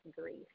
grief